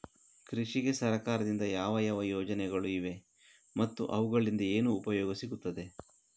ಕೃಷಿಗೆ ಸರಕಾರದಿಂದ ಯಾವ ಯಾವ ಯೋಜನೆಗಳು ಇವೆ ಮತ್ತು ಅವುಗಳಿಂದ ಏನು ಉಪಯೋಗ ಸಿಗುತ್ತದೆ?